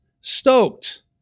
stoked